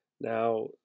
Now